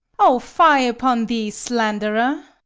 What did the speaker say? o, fie upon thee, slanderer!